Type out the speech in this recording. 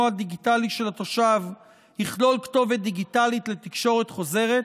הדיגיטלי של התושב יכלול כתובת דיגיטלית לתקשורת חוזרת,